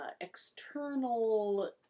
external